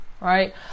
right